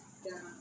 ya